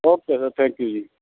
okay sir thank you ਜੀ